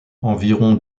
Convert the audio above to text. environ